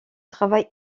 travail